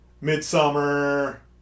Midsummer